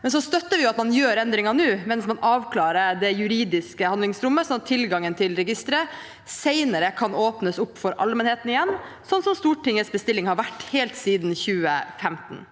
men vi støtter at man gjør endringen nå mens man avklarer det juridiske handlingsrommet, sånn at tilgangen til registeret senere kan åpnes for allmennheten igjen, som Stortingets bestilling har vært helt siden 2015.